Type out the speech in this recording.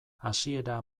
hasiera